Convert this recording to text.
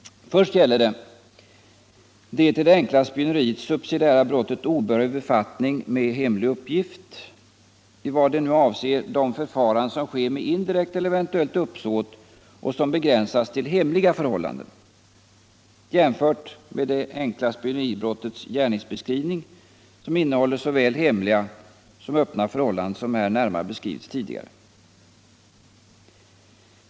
Det gäller först det till det enkla spioneriet subsidiära brottet obehörig befattning med hemlig uppgift i vad det avser de förfaranden som sker med indirekt eller eventuellt uppsåt och som begränsas till hemliga förhållanden, jämfört med det enkla spioneribrottets gärningsbeskrivning som innehåller såväl hemliga som öppna förhållanden som här beskrivits närmare tidigare.